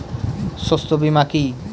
শস্য বীমা কি?